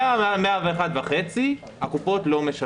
לפי המוקדם" יבוא "לא תהיה מעבר ליום ט"ז